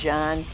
John